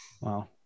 Wow